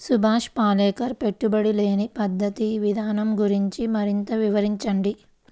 సుభాష్ పాలేకర్ పెట్టుబడి లేని ప్రకృతి విధానం గురించి మరింత వివరించండి